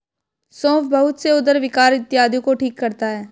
सौंफ बहुत से उदर विकार इत्यादि को ठीक करता है